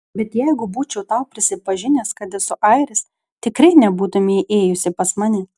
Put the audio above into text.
bet jeigu būčiau tau prisipažinęs kad esu airis tikrai nebūtumei ėjusi pas mane